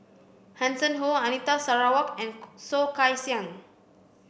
Hanson Ho Anita Sarawak and Soh Kay Siang